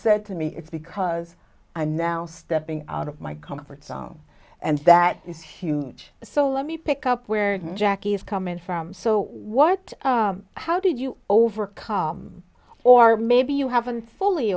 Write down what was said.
said to me it's because i'm now stepping out of my comfort zone and that is huge so let me pick up where jackie is coming from so what how did you overcome or maybe you haven't fully